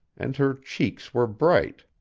and her cheeks were bright.